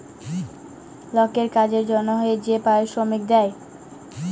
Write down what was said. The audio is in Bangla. লকের কাজের জনহে যে পারিশ্রমিক দেয়